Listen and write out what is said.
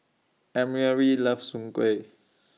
Emery loves Soon Kuih